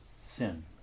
sin